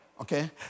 Okay